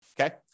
Okay